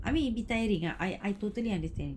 I mean it'll be tiring ah I I totally understand